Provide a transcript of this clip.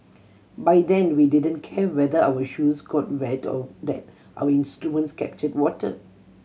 by then we didn't care whether our shoes got wet or that our instruments captured water